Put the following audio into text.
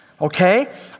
okay